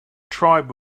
tribe